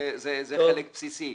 זה חלק בסיסי.